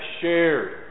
shared